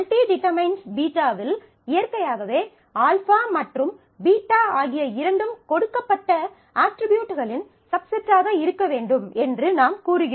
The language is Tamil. α→→β வில் இயற்கையாகவே α மற்றும் β ஆகிய இரண்டும் கொடுக்கப்பட்ட அட்ரிபியூட்களின் சப்செட்டாக இருக்க வேண்டும் என்று நாம் கூறுகிறோம்